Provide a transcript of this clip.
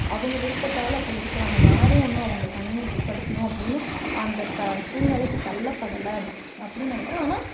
அவங்க விருப்பத்தால் அப்படி இருக்குறாங்க யாரும் ஒன்றும் அவங்களை தனிமைப்படுத்தனும் அப்படின்னு அந்த க சூழ்நிலைக்கு தள்ளப்படலை அப்படின் நினைக்கிறோம் ஆனால்